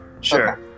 Sure